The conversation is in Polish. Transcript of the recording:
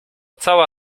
cała